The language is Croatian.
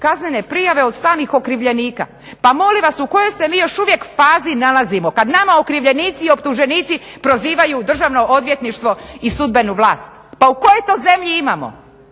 kaznene prijave od samih okrivljenika. Pa molim vas u kojoj mi još uvijek fazi nalazimo kada nama okrivljenici i optuženici prozivaju Državno odvjetništvo i sudbenu vlasti. pa u kojoj to zemlji imamo?